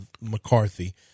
McCarthy